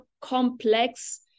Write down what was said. complex